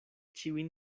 ĉiujn